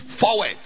forward